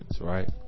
Right